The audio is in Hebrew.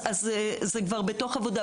זה כבר בעבודה.